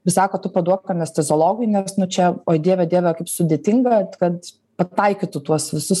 ir sako tu paduok anesteziologui nes nu čia oi dieve dieve kaip sudėtinga kad pataikytų tuos visus